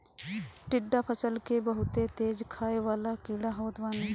टिड्डा फसल के बहुते तेज खाए वाला कीड़ा होत बाने